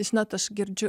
žinot aš girdžiu